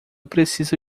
preciso